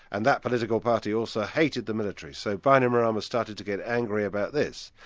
and that political party also hated the military. so bainimarama started to get angry about this.